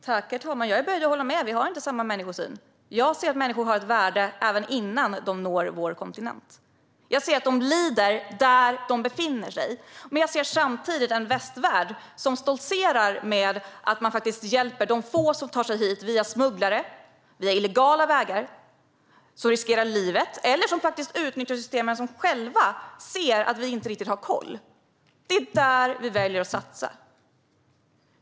Herr talman! Jag är böjd att hålla med: Vi har inte samma människosyn. Jag ser att människor har ett värde även innan de når vår kontinent. Jag ser att de lider där de befinner sig. Men jag ser samtidigt en västvärld som stoltserar med att man faktiskt hjälper de få som tar sig hit via smugglare och på illegala vägar, som riskerar livet eller som faktiskt utnyttjar systemen när de själva ser att vi inte riktigt har koll. Det är där vi väljer att satsa.